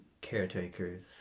caretakers